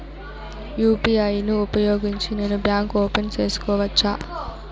UPI ను ఉపయోగించి నేను బ్యాంకు ఓపెన్ సేసుకోవచ్చా?